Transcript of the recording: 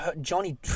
Johnny